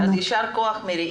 אז יישר כח מירי.